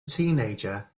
teenager